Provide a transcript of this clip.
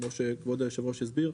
כמו שכבוד היושב-ראש הסביר,